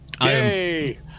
Yay